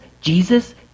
Jesus